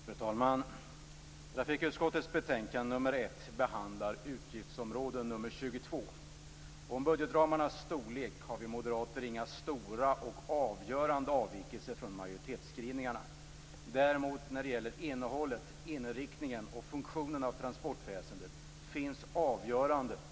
Fru talman! I trafikutskottets betänkande nr 1 behandlas utgiftsområde nr 22. Beträffande budgetramarnas storlek har vi moderater inga stora och avgörande avvikelser från majoritetsskrivningarna. Däremot finns det när det gäller transportväsendets innehåll, inriktning och funktion avgörande och strategiska skiljelinjer.